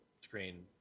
screen